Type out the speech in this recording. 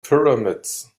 pyramids